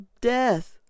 death